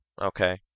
Okay